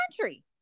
country